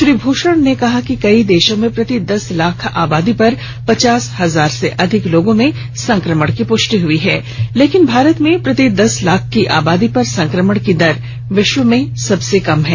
श्री भूषण ने कहा कि कई देशों में प्रति दस लाख आबादी पर पचास हजार से अधिक लोगों में संक्रमण की पुष्टि हुई है लेकिन भारत में प्रति दस लाख की आबादी पर संक्रमण की दर विश्व में सबसे कम है